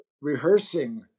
rehearsing